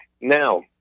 Now